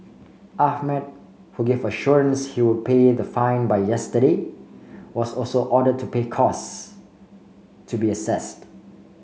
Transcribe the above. ahmed who gave assurance he would pay the fine by yesterday was also ordered to pay costs to be assessed